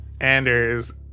Anders